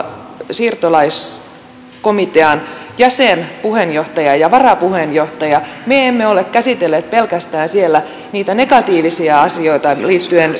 siirtolaiskomitean jäsen puheenjohtaja ja varapuheenjohtaja me emme ole käsitelleet siellä pelkästään niitä negatiivisia asioita liittyen